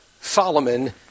Solomon